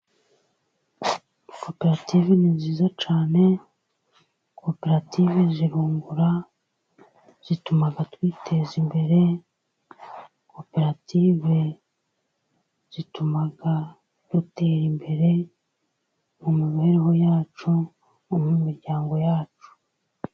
Koperative ni nziza cyane, koperative zirungura zituma twiteza imbere koperative zituma dutera imbere, mu mibereho yacu no mu miryango yacu.